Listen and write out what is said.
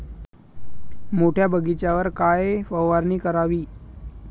मोठ्या बगीचावर कायन फवारनी करावी?